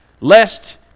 lest